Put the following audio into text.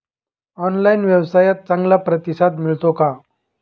Online व्यवसायात चांगला प्रतिसाद मिळतो का?